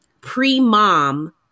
pre-mom